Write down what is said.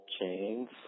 chains